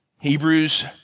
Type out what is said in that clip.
hebrews